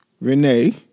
Renee